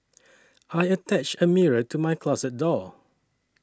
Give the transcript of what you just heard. I attached a mirror to my closet door